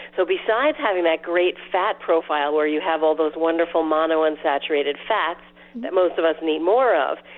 so besides having that great fat profile where you have all those wonderful monounsaturated fats that most of us need more of,